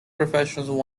professionals